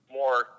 more